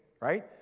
right